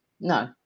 no